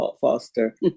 Foster